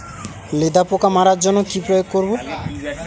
লেদা পোকা মারার জন্য কি প্রয়োগ করব?